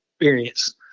experience